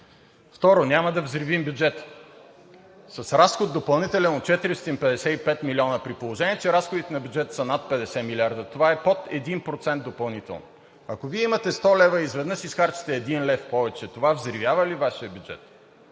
Второ, няма да взривим бюджета с допълнителен разход от 455 милиона, при положение че разходите на бюджета са над 50 милиарда, това е под 1% допълнително. Ако Вие имате 100 лв. и изведнъж изхарчите 1 лв. повече, това взривява ли Вашия бюджет?